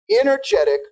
energetic